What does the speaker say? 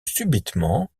subitement